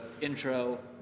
intro